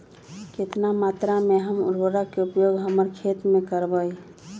कितना मात्रा में हम उर्वरक के उपयोग हमर खेत में करबई?